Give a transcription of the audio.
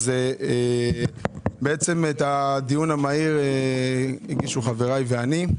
את הדיון המהיר הגשנו חבריי ואני.